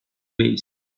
base